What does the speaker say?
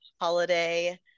holiday